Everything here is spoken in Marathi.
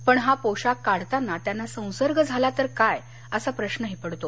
पण हा पोषाख काढताना त्यांना संसर्ग झाला तर काय असा प्रश्न ही पडतो